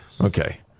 Okay